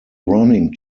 running